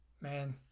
man